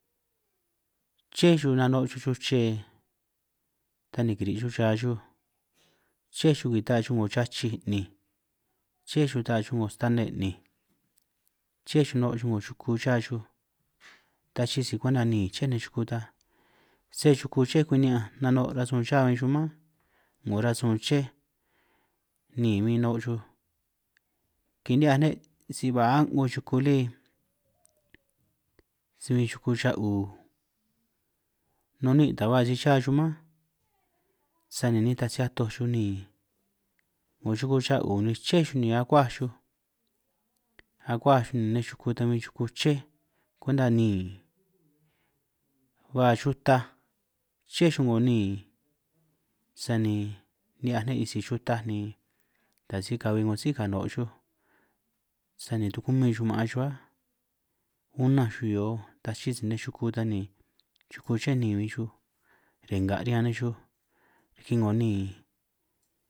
Ché xuj nano' xuj chuche ta ni kiri' xuj chaj xuj, chéj xuj kita'a xuj 'ngo chachij 'nij, ché xuj kita' xuj 'ngo stane 'nij, ché xuj noo' xuj 'ngo yuku chá xuj, ta chi'i si kwenta niin ché nej yuku ta, sé yuku ché yuku ché kuni'ñanj noo', rasun cha huin xuj mán 'ngo rasun ché niin huin, noo' xuj kini'hiaj ne' si ba a'ngo yuku lí si huin yuku xa'u nun ni'in' ta ba si cha xuj mánj, sani nitaj si atoj xuj niin, 'ngo xuku cha'u ni ché xuj ni akuaj xuj akuaj xuj ni nej yuku ta huin yuku ché kwenta niin, ba xutaj ché xuj 'ngo niin sani ni'hiaj ne' sisi xutaj, ni ta si kahui 'ngo sí kaanj noo' xuj sani tukumin xuj maan xuj á, unánj xuj hio ta si chii' nej yuku ta ni yuku ché niin huin xuj, re'nga' riñan nej xuj riki 'ngo niin.